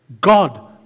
God